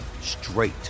straight